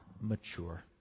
mature